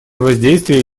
воздействие